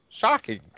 Shocking